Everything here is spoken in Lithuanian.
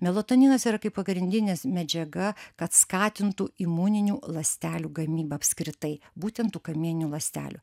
melatoninas yra kaip pagrindinis medžiaga kad skatintų imuninių ląstelių gamybą apskritai būtent tų kamieninių ląstelių